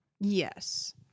yes